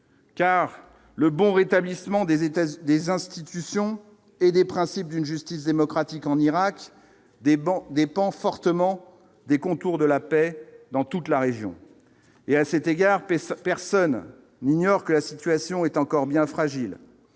Car le bon rétablissement des États, des institutions et des principes d'une justice démocratique en Irak, des bancs dépend fortement des contours de la paix dans toute la région et à cet égard, personne n'ignore que la situation est encore bien fragile,